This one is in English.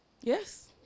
Yes